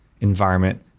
environment